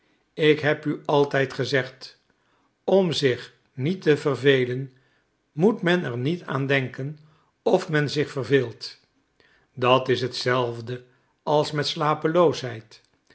ik heb het u altijd gezegd om zich niet te vervelen moet men er niet aan denken of men zich verveelt dat is hetzelfde als met de slapeloosheid